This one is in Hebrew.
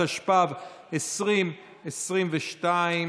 התשפ"ב 2022,